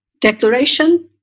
declaration